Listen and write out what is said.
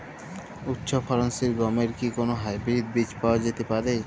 উচ্চ ফলনশীল গমের কি কোন হাইব্রীড বীজ পাওয়া যেতে পারে?